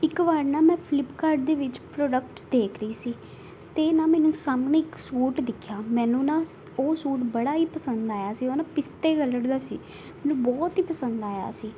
ਇੱਕ ਵਾਰ ਨਾ ਮੈਂ ਫਲਿੱਪਕਾਰਡ ਦੇ ਵਿੱਚ ਪ੍ਰੋਡਕਟਸ ਦੇਖ ਰਹੀ ਸੀ ਅਤੇ ਨਾ ਮੈਨੂੰ ਸਾਹਮਣੇ ਇੱਕ ਸੂਟ ਦਿਖਿਆ ਮੈਨੂੰ ਨਾ ਉਹ ਸੂਟ ਬੜਾ ਹੀ ਪਸੰਦ ਆਇਆ ਸੀ ਉਹ ਨਾ ਪਿਸਤੇ ਕਲਡ ਦਾ ਸੀ ਮੈਨੂੰ ਬਹੁਤ ਹੀ ਪਸੰਦ ਆਇਆ ਸੀ